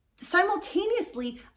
Simultaneously